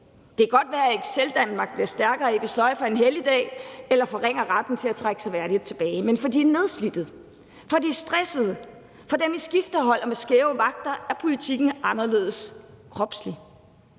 Det kan godt være, at Danmark på et excelark bliver stærkere af, at vi sløjfer en helligdag eller forringer retten til at trække sig værdigt tilbage, men for de nedslidte, for de stressede og for dem, der arbejder på skiftehold og har skæve vagter, er politikken anderledes kropslig.